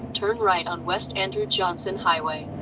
turn right on west andrew johnson highway.